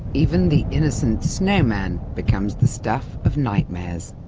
even the innocent snowman becomes the stuff of nightmares.